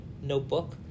notebook